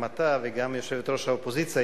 גם אתה וגם יושבת-ראש האופוזיציה,